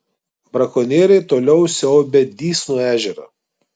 brakonieriai toliau siaubia dysnų ežerą